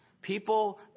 People